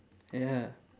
ya